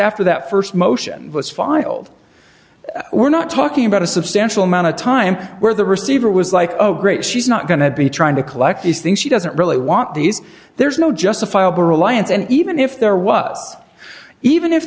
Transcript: after that st motion was filed we're not talking about a substantial amount of time where the receiver was like oh great she's not going to be trying to collect these things she doesn't really want these there's no justifiable reliance and even if there was even if